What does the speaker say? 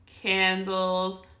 candles